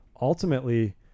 ultimately